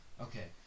okay